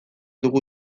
dugu